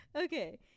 okay